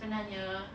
sebenarnya